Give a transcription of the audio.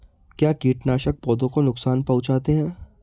क्या कीटनाशक पौधों को नुकसान पहुँचाते हैं?